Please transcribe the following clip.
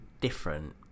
different